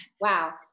Wow